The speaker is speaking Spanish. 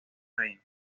reinos